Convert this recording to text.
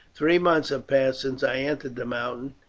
three months have passed since i entered the mountains,